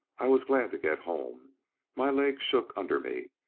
i was glad to get home my legs shook under me,